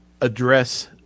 address